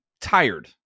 tired